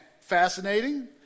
Fascinating